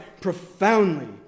profoundly